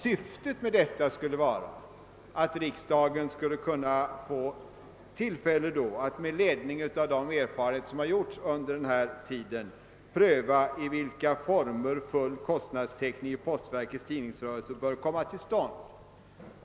Syftet med detta är att riksdagen därigenom skulle få tillfälle att med ledning av de erfarenheter, som har gjorts under tiden, pröva i vilka former full kostnadstäckning i postverkets tidningsrörelse kan komma till stånd.